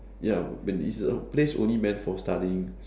ya but is a place only meant for studying